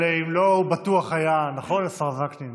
אבל אם לא, הוא בטוח היה, נכון, השר וקנין?